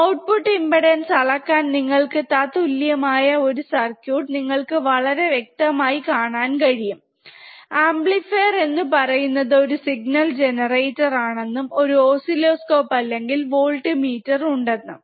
output impedance അളക്കാൻ നിങ്ങൾക് തതുല്യമായ ഒരു സർക്യൂട്ട് നിങ്ങൾക് വളരെ വ്യക്തമായ കാണാൻ കഴിയും അമ്പ്ലിഫീർ എന്ന് പറയുന്നത് ഒരു സിഗ്നൽ ജനറേറ്റർ ആണെന്നും ഒരു ഓസ്സിലോസ്കോപ്പ് അല്ലെങ്കിൽ വോൾട്മീറ്റർ ഉണ്ടെന്നും